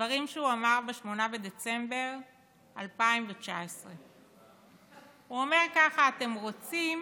דברים שהוא אמר ב-8 בדצמבר 2019. הוא אמר ככה: אתם רוצים